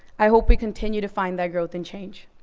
i hope we continue to find that growth and change.